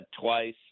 twice—